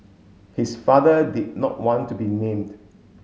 his father did not want to be named